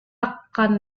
akan